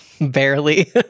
Barely